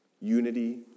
Unity